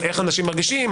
איך אנשים מרגישים,